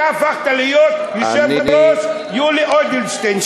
אתה הפכת להיות היושב-ראש יולי אדלשטיין,